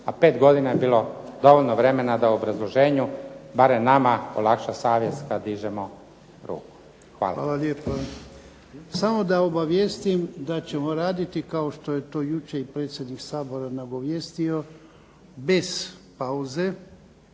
a pet godina je bilo dovoljno vremena da u obrazloženju barem nama olakša savjest kad dižemo ruku. Hvala. **Jarnjak, Ivan (HDZ)** Hvala lijepa. Samo da obavijestim da ćemo raditi kao što je to jučer i predsjednik Sabora nagovijestio bez pauze,